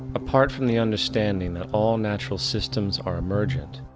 apart from the understanding that all natural systems are emergent,